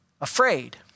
afraid